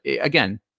again